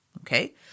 okay